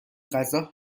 غذا